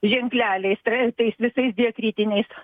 ženkleliais tais visais diakritiniais